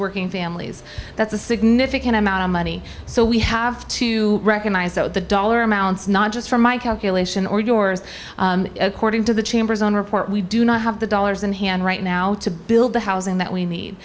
working families that's a significant amount of money so we have to recognize that the dollar amounts not just from my calculation or yours according to the chamber's own report we do not have the dollars in hand right now to build the housing that we need